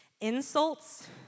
insults